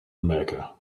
mecca